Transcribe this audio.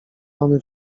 mamy